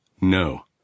No